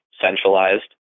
centralized